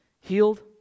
healed